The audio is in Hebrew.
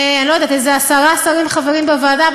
איזה עשרה שרים חברים בוועדה,